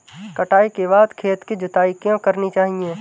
कटाई के बाद खेत की जुताई क्यो करनी चाहिए?